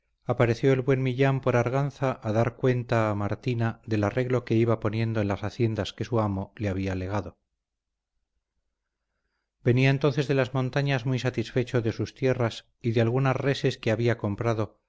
pareció el buen millán por arganza a dar cuenta a martina del arreglo que iba poniendo en las haciendas que su amo le había legado venía entonces de las montañas muy satisfecho de sus tierras y de algunas reses que había comprado